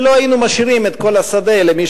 ולא היינו משאירים את כל השדה למי